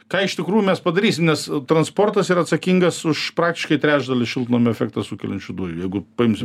ką iš tikrųjų mes padarysim nes transportas yra atsakingas už praktiškai trečdalį šiltnamio efektą sukeliančių dujų jeigu paimsim